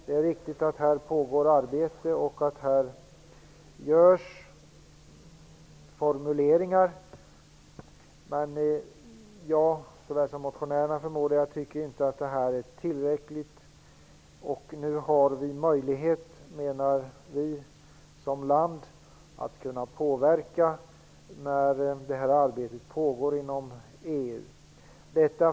Det är riktigt att det pågår arbete och görs formuleringar på det området, men varken jag eller - förmodar jag - motionärerna tycker att det är tillräckligt, och nu när det här arbetet pågår inom EU har vi som land möjlighet att påverka.